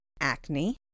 acne